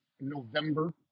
November